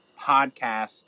podcast